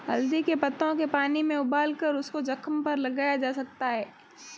हल्दी के पत्तों के पानी में उबालकर उसको जख्म पर लगाया जा सकता है